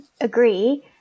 agree